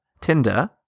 Tinder